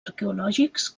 arqueològics